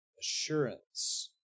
assurance